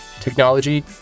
technology